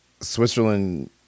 Switzerland